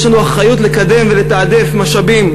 יש לנו אחריות לקדם ולתעדף משאבים,